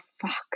fuck